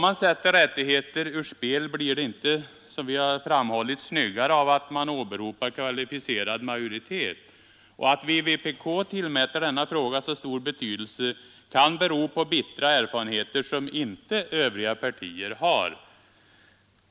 Att sätta rättigheter ur spel blir inte snyggare av att man åberopar kvalificerad majoritet. Att vi inom vpk tillmäter denna fråga så stor betydelse kan bero på bittra erfarenheter som inte övriga partier har.